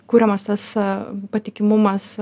kuriamas tas patikimumas